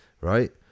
right